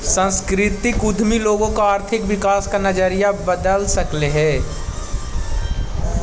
सांस्कृतिक उद्यमी लोगों का आर्थिक विकास का नजरिया बदल सकलई हे